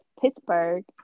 pittsburgh